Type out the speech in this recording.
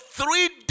three